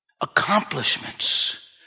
accomplishments